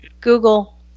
Google